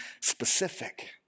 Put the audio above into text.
specific